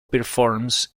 performs